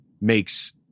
makes